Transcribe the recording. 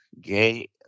gay